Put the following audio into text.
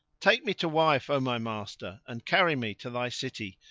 take me to wife, o my master, and carry me to thy city,